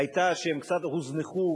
היתה שהם קצת הוזנחו,